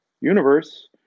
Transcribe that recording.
universe